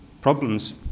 problems